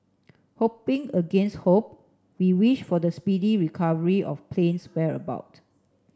hoping against hope we wish for the speedy recovery of plane's